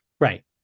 Right